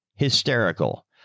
Hysterical